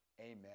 Amen